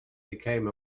became